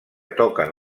toquen